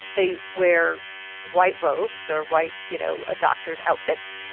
they wear white robes or white you know ah doctor's outfits,